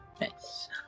Nice